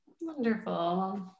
Wonderful